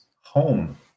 home